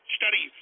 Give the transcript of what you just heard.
study